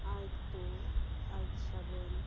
eight two eight seven